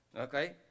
Okay